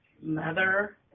mother